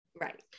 Right